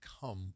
come